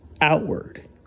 outward